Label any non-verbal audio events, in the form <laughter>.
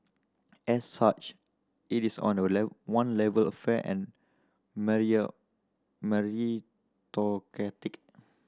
as such it is on a <unintelligible> one level fair and <unintelligible> meritocratic